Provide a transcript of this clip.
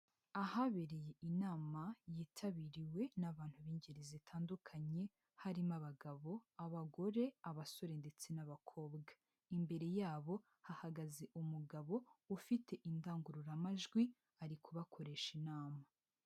Ahabereye inama yitabiriwe n'abantu b'ingeri zitandukanye, harimo abagabo, abagore, abasore ndetse n'abakobwa. Imbere yabo hahagaze umugabo ufite indangururamajwi, ari kubakoresha inama.